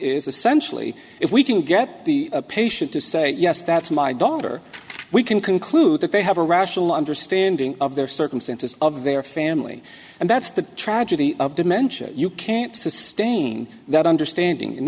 essentially if we can get the patient to say yes that's my daughter we can conclude that they have a rational understanding of their circumstances of their family and that's the tragedy of dementia you can't sustain that understanding and